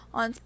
on